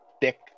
thick